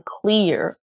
clear